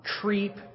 creep